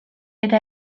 eta